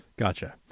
Gotcha